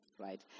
right